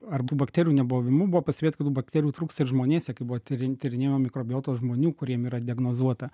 ar tų bakterijų nebuvimu buvo pastebėta kad tų bakterijų trūksta ir žmonėse kai buvo tyrin tyrinėjama mikrobiotos žmonių kuriem yra diagnozuota